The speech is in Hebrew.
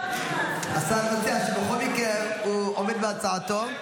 --- השר מציע שבכל מקרה הוא עומד בהצעתו.